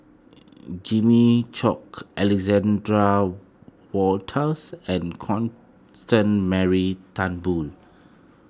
Jimmy Chok Alexander Wolters and Constance Mary Turnbull